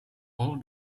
all